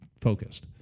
focused